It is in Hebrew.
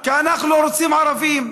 כי אנחנו רוצים ערבים,